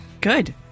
Good